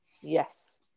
Yes